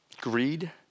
Greed